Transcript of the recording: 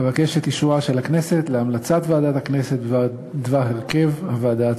אבקש את אישורה של הכנסת להמלצת ועדת הכנסת בדבר הרכב הוועדה הציבורית.